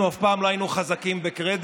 אנחנו אף פעם לא היינו חזקים בקרדיט,